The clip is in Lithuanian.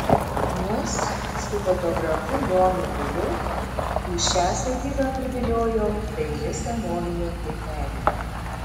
mus su fotografu jonu diliu į šią sodybą priviliojo daili senovinė klėtelė